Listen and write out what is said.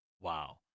Wow